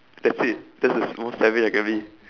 that's it that's the most savage I can be